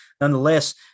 nonetheless